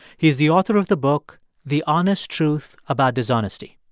he's the author of the book the honest truth about dishonesty.